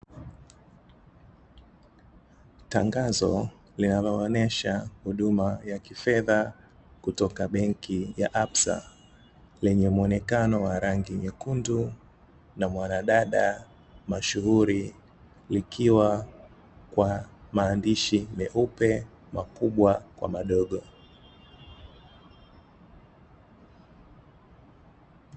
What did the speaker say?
Tangazo linaloonesha huduma ya kifedha kutoka benki ya absa, Lenye muonekano wa rangi nyekundu Na mwanadada mashuhuri likiwa Kwa maandishi meupe makubwa kwa madogo.